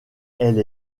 elle